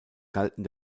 galten